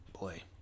boy